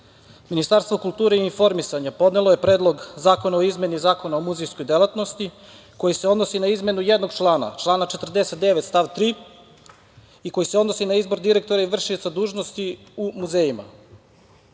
Ministarstvo kulture i informisanja podnelo je Predlog zakona o izmeni Zakona o muzejskog delatnosti, koji se odnosi na izmenu jednog člana, člana 49. stav 3. i koji se odnosi na izbor direktora i vršioca dužnosti u muzejima. Razlog